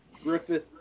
Griffith